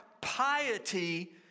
piety